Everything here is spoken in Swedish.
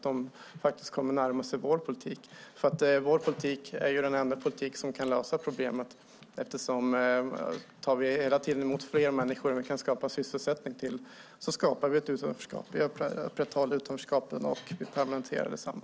Det är möjligt att man närmar sig vår politik som är den enda politiken som kan lösa problemet. Tar vi hela tiden emot fler människor än vi kan skapa sysselsättning åt skapar vi ett utanförskap. Vi upprätthåller alltså utanförskapet och permanentar detsamma.